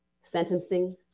sentencing